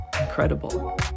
incredible